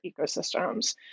ecosystems